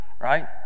right